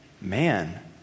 man